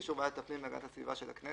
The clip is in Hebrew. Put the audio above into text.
באישור ועדת הפנים והגנת הסביבה של הכנסת,